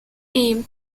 aim